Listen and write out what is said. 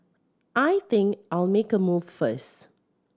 I think I'll make a move first